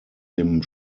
dem